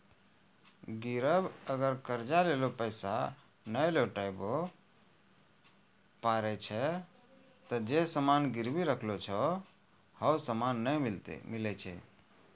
गिरब अगर कर्जा लेलो पैसा नै लौटाबै पारै छै ते जे सामान गिरबी राखलो छै हौ सामन नै मिलै छै